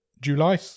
July